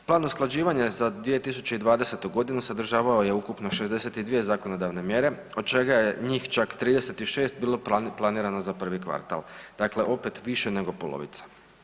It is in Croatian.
Plan usklađivanja za 2020. godinu sadržavao je ukupno 62 zakonodavne mjere od čega je njih čak 36 bilo planirano za prvi kvartal, dakle opet više nego polovica.